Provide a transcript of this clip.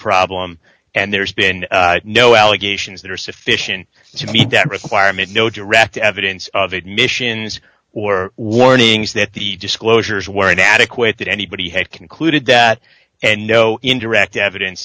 problem and there's been no allegations that are sufficient to meet that requirement no direct evidence of it missions or warnings that the disclosures were inadequate that anybody had concluded that and no indirect evidence